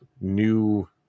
new